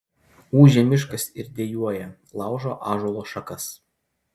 ūžia miškas ir dejuoja laužo ąžuolo šakas